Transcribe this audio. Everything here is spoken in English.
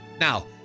Now